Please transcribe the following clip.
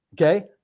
Okay